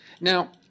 Now